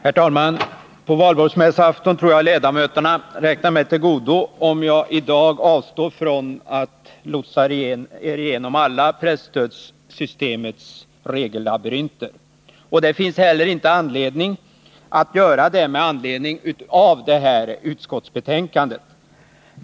Fru talman! På valborgsmässoafton tror jag att det räknas mig till godo, om jag avstår från att lotsa ledamöterna igenom presstödssystemets alla regellabyrinter. Det finns heller inte skäl att göra det med anledning av detta utskottsbetänkande.